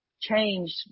Changed